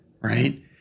right